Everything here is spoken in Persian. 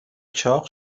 چاق